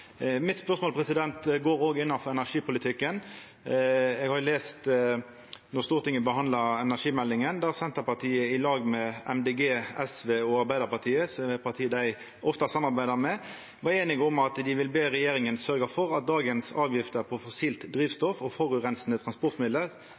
mitt går òg på energipolitikken. Då Stortinget behandla energimeldinga, las eg at Senterpartiet i lag med Miljøpartiet Dei Grøne, SV og Arbeidarpartiet, som er partia dei ofte samarbeider med, var einige om at dei ville be regjeringa sørgja for at «dagens avgifter på